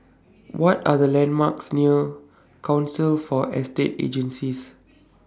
What Are The landmarks near Council For Estate Agencies